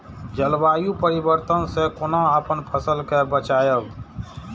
जलवायु परिवर्तन से कोना अपन फसल कै बचायब?